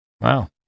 Wow